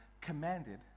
commanded